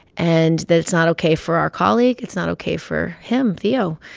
and that it's not ok for our colleague, it's not ok for him, theo,